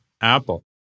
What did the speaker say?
Apple